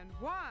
one